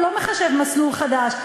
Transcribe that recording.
הוא לא מחשב מסלול חדש.